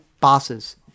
bosses